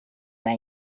that